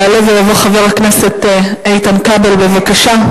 יעלה ויבוא חבר הכנסת איתן כבל, בבקשה.